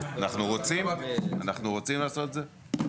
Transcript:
אנחנו רוצים לעשות את זה?